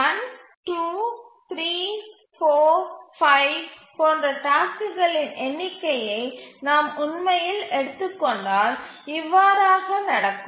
1 2 3 4 5 போன்ற டாஸ்க்குகளின் எண்ணிக்கையை நாம் உண்மையில் எடுத்துக் கொண்டால் இவ்வாறாக நடக்கும்